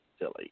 silly